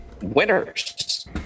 winners